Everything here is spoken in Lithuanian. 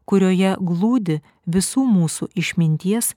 kurioje glūdi visų mūsų išminties